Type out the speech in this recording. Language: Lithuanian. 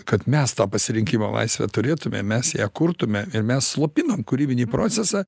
kad mes tą pasirinkimo laisvę turėtume mes ją kurtume ir mes slopinam kūrybinį procesą